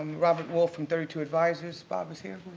robert wolf from thirty two advisors. bob is here?